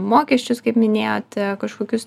mokesčius kaip minėjot kažkokius